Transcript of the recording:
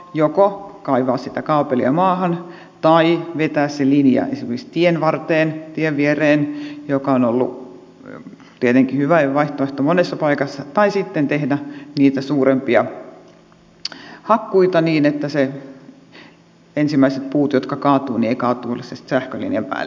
joko kaivaa sitä kaapelia maahan tai vetää se linja esimerkiksi tienvarteen tien viereen joka on ollut tietenkin hyvä vaihtoehto monessa paikassa tai sitten tehdä niitä suurempia hakkuita niin että ensimmäiset puut jotka kaatuvat eivät kaatuile sen sähkölinjan päälle